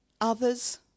others